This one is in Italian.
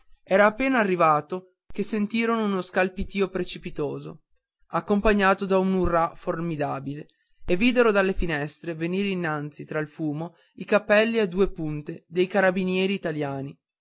era appena arrivato che sentirono uno scalpitìo precipitoso accompagnato da un urrà formidabile e videro dalle finestre venir innanzi tra il fumo i cappelli a due punte dei carabinieri italiani